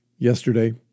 Yesterday